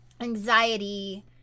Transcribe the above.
anxiety